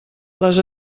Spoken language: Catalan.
les